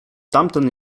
tamten